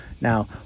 Now